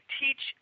teach